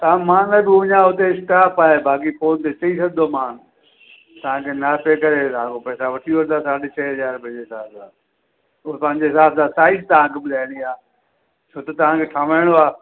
त मां न बि हुजा हुते स्टॉफ आहे बाक़ी पोइ ॾिसी छॾंदोमान तव्हांखे नापे करे तव्हांखां पैसा वठी वठंदा तव्हांजे छह हज़ार रुपए जे हिसाब सां पोइ पंहिंजे हिसाब सां साइज तव्हांखे ॿुधाइणी आहे छो त तव्हांखे ठाहिराइणो आहे